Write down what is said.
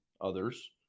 others